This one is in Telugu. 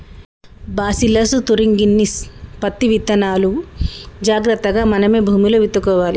బాసీల్లస్ తురింగిన్సిస్ పత్తి విత్తనాలును జాగ్రత్తగా మనమే భూమిలో విత్తుకోవాలి